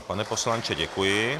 Pane poslanče, děkuji.